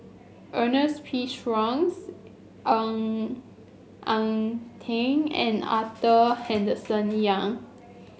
Ernest P Shanks Ng Eng Teng and Arthur Henderson Young